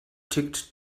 tickt